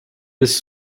this